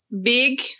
big